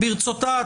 ברצותה,